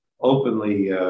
openly